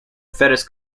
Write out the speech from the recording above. fettes